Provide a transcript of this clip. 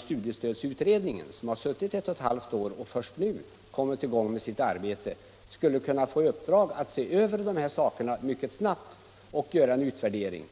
studiestödsutredningen, som har suttit i ett och ett halvt år och först nu kommit i gång med sitt arbete, i uppdrag att se över dessa frågor mycket snabbt och göra en utvärdering.